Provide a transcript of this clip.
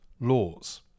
laws